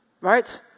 right